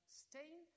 stain